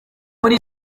muri